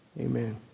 Amen